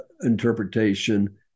interpretation